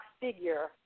figure